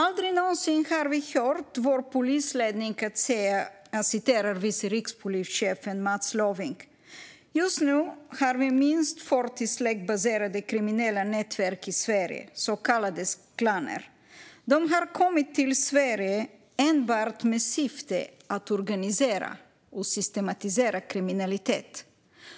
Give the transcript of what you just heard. Aldrig någonsin har vi hört vår polisledning säga som vice rikspolischefen Mats Löfving sa: "Just nu har vi minst 40 . släktbaserade kriminella nätverk i Sverige, så kallade klaner. De har kommit till Sverige . enbart med syfte att organisera och systematisera kriminalitet.